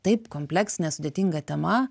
taip kompleksinė sudėtinga tema